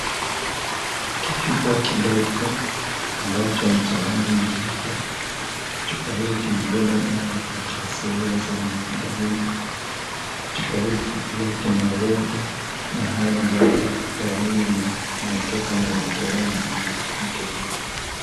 Kichupa kidogo ambacho ni cha rangi nyeupe. Kichupa hii kimebeba dawa za kiasili ya muarubaini. Chupa hiki pia kinaeleza mahali ambapo dawa hizi zinatoka na zilitolewa na nani.